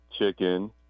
Chicken